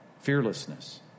fearlessness